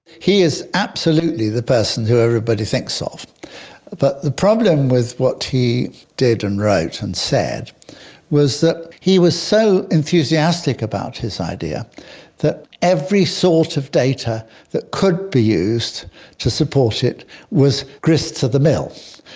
he is absolutely the person who everybody thinks so of. but the problem with what he did and wrote and said was that he was so enthusiastic about his idea that every sort of data that could be used to support it was grist to the mill.